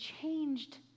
changed